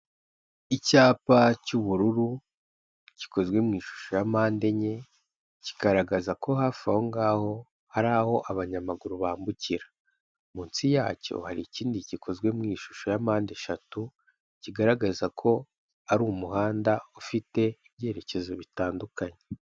Icyapa cy'ubururu, gikozwe mu ishusho ya mpande enye, kigaragaza ko hafi aho ngaho, hari aho abanyamaguru bambukira. Munsi yacyo hari ikindi gikozwe mu ishusho ya mpande eshatu, kigaragaza ko ari umuhanda ufite ibyerekezo bitandukanye.